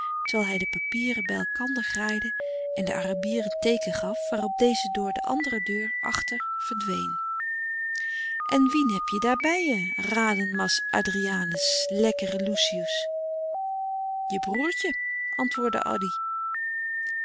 terwijl hij de papieren bij elkander graaide en den arabier een teeken gaf waarop deze door de andere deur achter verdween louis couperus de stille kracht en wien heb je daar bij je raden mas adrianus lekkere lucius je broêrtje antwoordde addy